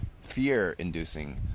fear-inducing